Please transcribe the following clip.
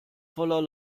voller